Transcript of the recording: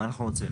מה אנחנו רוצים?